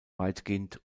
weitgehend